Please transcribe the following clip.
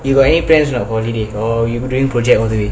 you got any friends or not on holiday or you doing project all the way